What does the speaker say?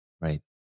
Right